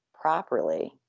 properly